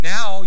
Now